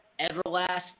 Everlast